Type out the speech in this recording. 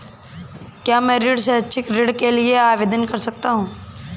क्या मैं अपने शैक्षिक ऋण के लिए आवेदन कर सकता हूँ?